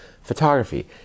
photography